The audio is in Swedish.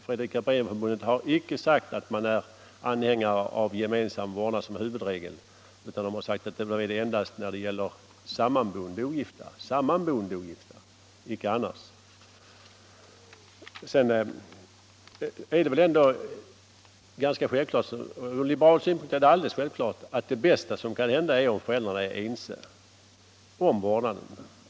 Fredrika-Bremer-Förbun det har icke sagt att det är anhängare av gemensam vårdnad som en huvudregel utan endast när det gäller sammanboende ogifta, icke annars. Sedan är det från liberal synpunkt bäst om föräldrarna är ense om vårdnaden.